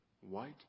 White